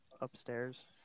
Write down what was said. upstairs